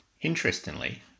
Interestingly